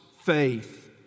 faith